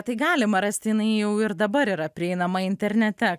tai galima rasti jinai jau ir dabar yra prieinama internete